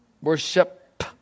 Worship